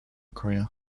career